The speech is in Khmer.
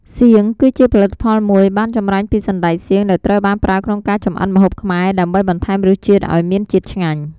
សៀង គឺជាផលិតផលមួយបានចម្រាញ់ពីសណ្តែកសៀង ដែលត្រូវបានប្រើក្នុងការចំអិនម្ហូបខ្មែរ ដើម្បីបន្ថែមរសជាតិឱ្យមានជាតិឆ្ងាញ់។